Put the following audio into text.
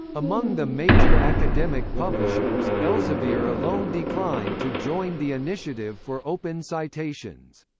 among the major academic publishers, elsevier alone declined to join the initiative for open citations.